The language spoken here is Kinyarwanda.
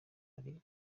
ari